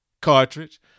cartridge